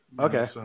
Okay